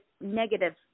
negative